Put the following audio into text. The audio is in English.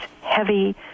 heavy